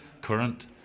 current